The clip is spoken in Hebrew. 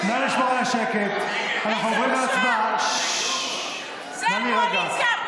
אנחנו עוברים להצבעה, על הצעת